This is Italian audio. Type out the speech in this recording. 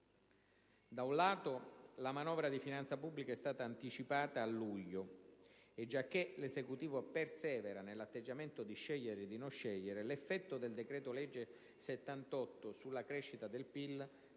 Da un lato, la manovra di finanza pubblica è stata anticipata a luglio e, giacché l'Esecutivo persevera nell'atteggiamento di scegliere di non scegliere, l'effetto del decreto legge n. 78 del 2010 sulla crescita del PIL